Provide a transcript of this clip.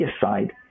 side